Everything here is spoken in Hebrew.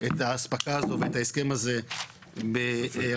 אין ספק שהרשויות המקומיות שבמחוז שלנו